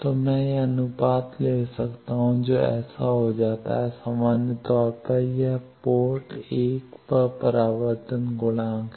तो मैं वह अनुपात ले सकता हूं जो ऐसा हो जाता है सामान्य तौर पर यह पोर्ट 1 पर परावर्तन गुणांक है